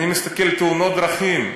אני מסתכל על תאונות הדרכים.